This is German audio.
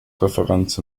referenz